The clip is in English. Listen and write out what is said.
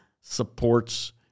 supports